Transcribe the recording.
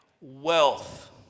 wealth